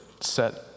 set